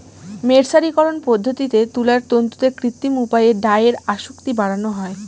মের্সারিকরন পদ্ধতিতে তুলার তন্তুতে কৃত্রিম উপায়ে ডাইয়ের আসক্তি বাড়ানো হয়